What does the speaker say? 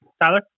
Tyler